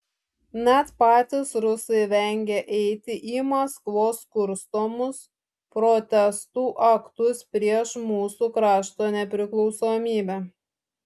net patys rusai vengia eiti į maskvos kurstomus protestų aktus prieš mūsų krašto nepriklausomybę